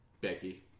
Becky